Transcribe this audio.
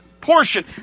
portion